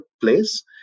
place